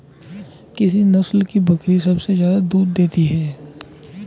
किस नस्ल की बकरी सबसे ज्यादा दूध देती है?